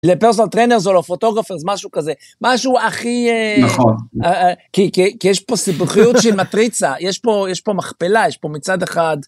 ל- personal trainer, לפוטוגרפרס, משהו כזה, משהו הכי... נכון, כי יש פה סיבוכיות של מטריצה, יש פה מכפלה, יש פה מצד אחד.